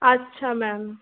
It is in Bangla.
আচ্ছা ম্যাম